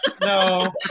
No